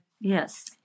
Yes